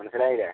മനസ്സിലായില്ലേ